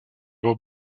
его